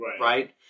right